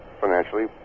financially